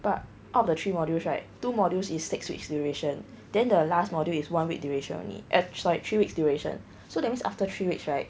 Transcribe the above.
but out of the three modules right two modules is six weeks duration than the last module is one week duration only eh sorry three weeks duration so that means after three weeks right